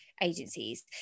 agencies